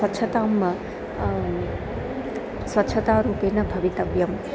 स्वच्छतां स्वच्छतारूपेण भवितव्यम्